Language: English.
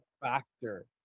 factor